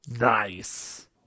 Nice